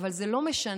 אבל זה לא משנה.